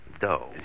Doe